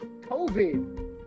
COVID